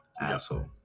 Asshole